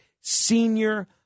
senior